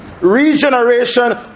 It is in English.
regeneration